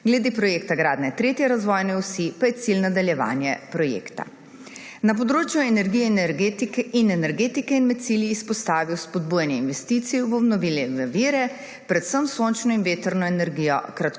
Glede projekta gradnje 3. razvoje osi pa je cilj nadaljevanje projekta. Na področju energije in energetike je med cilji izpostavil spodbujanje investicij v obnovljive vire, predvsem sončno in vetrno energijo, kratkoročno